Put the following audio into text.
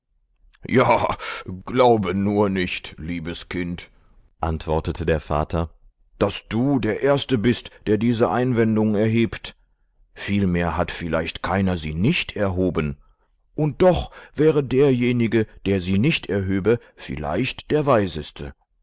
ja glaube nur nicht liebes kind antwortete der vater daß du der erste bist der diese einwendung erhebt vielmehr hat vielleicht keiner sie nicht erhoben und doch wäre derjenige der sie nicht erhöbe vielleicht der weiseste